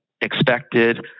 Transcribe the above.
expected